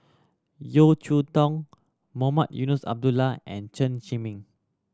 Yeo Cheow Tong Mohamed Eunos Abdullah and Chen Zhiming